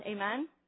Amen